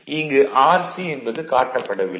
இங்கு rc என்பது காட்டப்படவில்லை